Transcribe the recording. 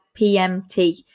PMT